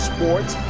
Sports